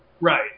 Right